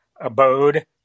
abode